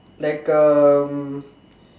like a